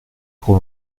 pour